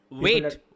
Wait